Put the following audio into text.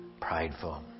prideful